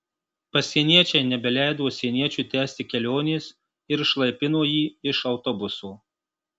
pasieniečiai nebeleido užsieniečiui tęsti kelionės ir išlaipino jį iš autobuso